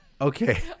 Okay